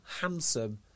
handsome